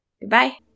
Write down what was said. Goodbye